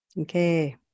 Okay